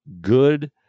good